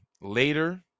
later